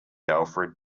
alfred